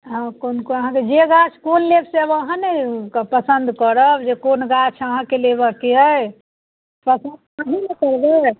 हँ कोन कोन अहाँकेँ जे गाछ कोन लेब से अहाँ ने पसन्द करब जे कोन गाछ अहाँकेँ लेबऽके अइ तऽ पसन्द अहींँ ने करबै